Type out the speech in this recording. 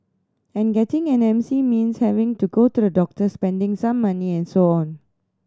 and getting an M C means having to go to the doctor spending some money and so on